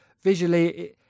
Visually